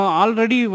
already